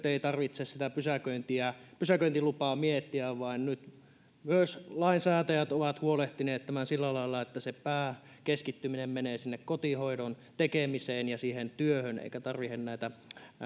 ei tarvitse sitä pysäköintilupaa miettiä vaan nyt myös lainsäätäjät ovat huolehtineet tämän sillä lailla että se pääkeskittyminen menee sinne kotihoidon tekemiseen ja siihen työhön eikä tarvitse näitä